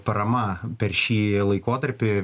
parama per šį laikotarpį